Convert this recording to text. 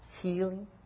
healing